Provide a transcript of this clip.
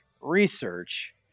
research